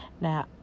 Now